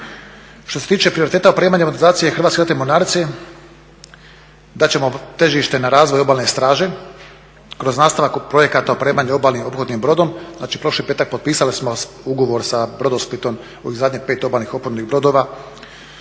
Što se tiče prioriteta opremanja i modernizacije Hrvatske ratne mornarice, dati ćemo težište na razvoj obalne straže kroz nastavka projekata opremanja obalnih ophodnim brodom. Znači prošli petak potpisali smo ugovor sa Brodosplitom, ovih zadnjih pet obalnih ophodnih brodova